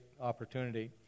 opportunity